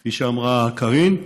כפי שאמרה קארין,